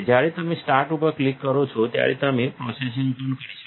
જ્યારે તમે સ્ટાર્ટ ઉપર ક્લિક કરો છો ત્યારે તમે પ્રોસેસિંગ પણ કરી શકો છો